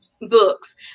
books